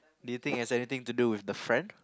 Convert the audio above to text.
do you think it has anything to do with the friend